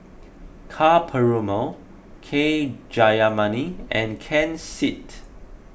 Ka Perumal K Jayamani and Ken Seet